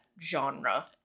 genre